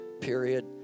period